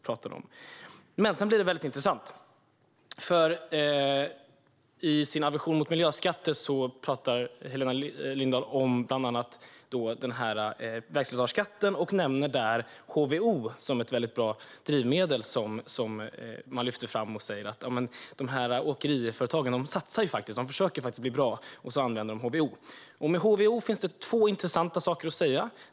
Sedan blir det dock väldigt intressant, för i sin aversion mot miljöskatter talar Helena Lindahl bland annat om vägslitageskatten och nämner HVO som ett bra drivmedel. Man lyfter fram det och säger att åkeriföretagen faktiskt satsar och försöker bli bra, genom att använda HVO. När det gäller HVO finns det två intressanta saker att säga.